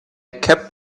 kept